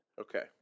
Okay